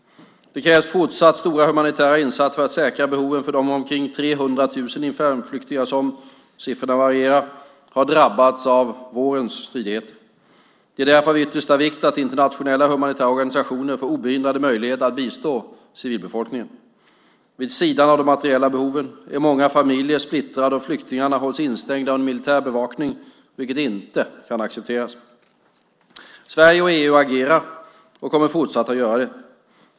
Det krävs fortsatt stora humanitära insatser för att säkra behoven för de omkring 300 000 internflyktingar - siffrorna varierar - som har drabbats av vårens stridigheter. Det är därför av yttersta vikt att internationella humanitära organisationer får obehindrade möjligheter att bistå civilbefolkningen. Vid sidan av de materiella behoven är många familjer splittrade och flyktingarna hålls instängda under militär bevakning, vilket inte kan accepteras. Sverige och EU agerar och kommer fortsatt att göra det.